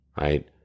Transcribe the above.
right